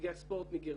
נציגי הספורט מגרמניה,